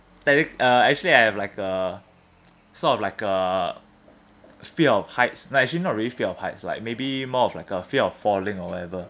techni~ uh actually I have like uh sort of like a fear of heights like actually not really fear of heights like maybe more of like a fear of falling or whatever